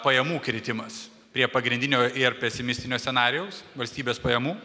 pajamų kritimas prie pagrindinio ir pesimistinio scenarijaus valstybės pajamų